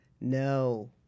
No